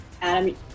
Adam